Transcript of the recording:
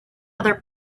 other